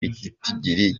igitigiri